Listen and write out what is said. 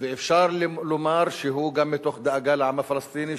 ואפשר לומר שהוא גם מתוך דאגה לעם הפלסטיני,